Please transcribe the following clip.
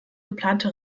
geplante